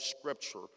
scripture